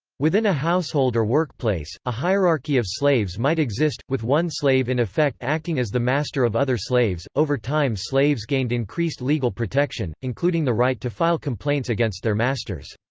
within a household or workplace, a hierarchy of slaves might exist with one slave in effect acting as the master of other slaves over time slaves gained increased legal protection, including the right to file complaints against their masters.